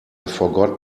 forgot